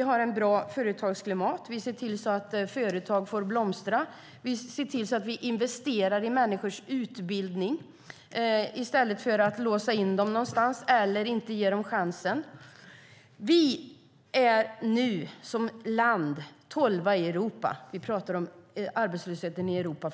har ett bra företagsklimat, vi ser till att företag får blomstra och vi ser till att investera i människors utbildning i stället för att låsa in dem någonstans eller inte ge dem chansen. Vi är för närvarande som land tolva i Europa när vi pratar om arbetslösheten i Europa.